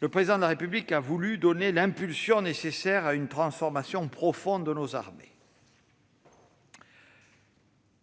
le Président de la République a voulu donner l'impulsion nécessaire à une transformation profonde de nos armées.